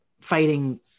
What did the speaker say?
fighting